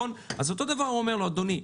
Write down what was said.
אז אותו דבר הוא אומר לו: אדוני,